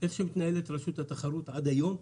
איך שמתנהלת רשות התחרות עד היום,